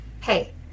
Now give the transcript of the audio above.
Hey